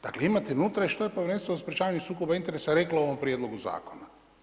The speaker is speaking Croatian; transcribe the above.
Dakle, imate unutra i što je Povjerenstvo za sprječavanju sukoba interesa reklo o ovom prijedlogu zakona.